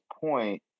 point